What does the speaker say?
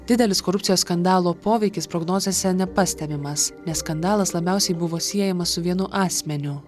didelis korupcijos skandalo poveikis prognozėse nepastebimas nes skandalas labiausiai buvo siejamas su vienu asmeniu